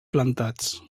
plantats